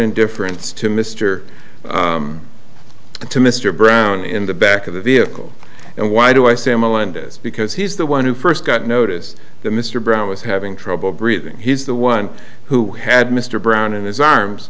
indifference to mister to mr brown in the back of the vehicle and why do i say melendez because he's the one who first got noticed that mr brown was having trouble breathing he's the one who had mr brown in his arms